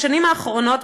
בשנים האחרונות,